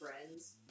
friends